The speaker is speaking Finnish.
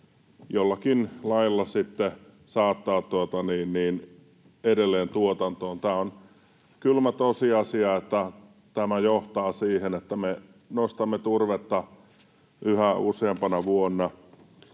jollakin lailla saattaa edelleen tuotantoon. On kylmä tosiasia, että tämä johtaa siihen, että me nostamme turvetta yhä useampana vuonna.